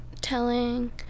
telling